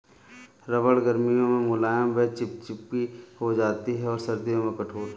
रबड़ गर्मियों में मुलायम व चिपचिपी हो जाती है और सर्दियों में कठोर